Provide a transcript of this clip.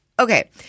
Okay